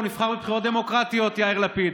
הוא נבחר בבחירות דמוקרטיות, יאיר לפיד.